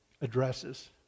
addresses